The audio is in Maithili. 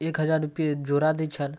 एक हजार रुपैए जोड़ा दै छल